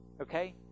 Okay